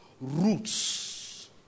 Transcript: roots